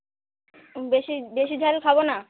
বেশি বেশি ঝাল খাবো না